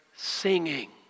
Singing